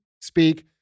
speak